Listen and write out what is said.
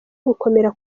gukomera